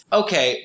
okay